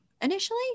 initially